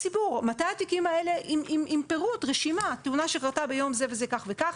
עם פירוט ורשימה על תאונה שקרתה ביום זה וזה כך וכך,